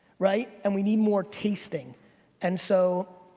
right? and we need more tasting and so,